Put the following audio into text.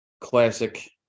classic